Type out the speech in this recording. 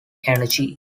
energy